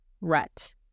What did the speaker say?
rut